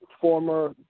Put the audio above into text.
former